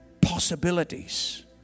possibilities